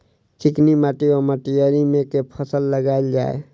चिकनी माटि वा मटीयारी मे केँ फसल लगाएल जाए?